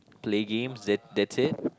play games then that's it